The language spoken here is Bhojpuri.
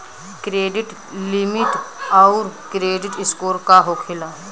क्रेडिट लिमिट आउर क्रेडिट स्कोर का होखेला?